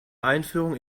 einführung